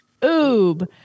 Oob